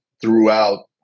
throughout